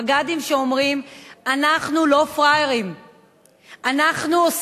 מג"דים שאומרים: אנחנו לא פראיירים,